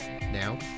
Now